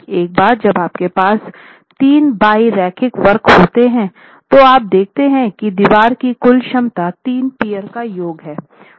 एक बार जब आपके पास 3 बाई रैखिक वक्र होते हैं तो आप देखते हैं कि दीवार की कुल क्षमता तीनो पीअर का योग है